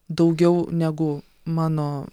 daugiau negu mano